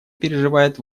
переживает